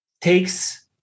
takes